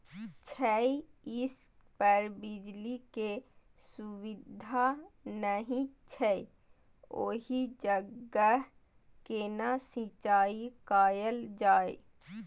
छै इस पर बिजली के सुविधा नहिं छै ओहि जगह केना सिंचाई कायल जाय?